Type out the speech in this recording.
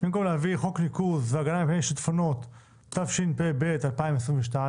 במקום להביא חוק ניקוז והגנה מפני שיטפונות תשפ"ב 2022,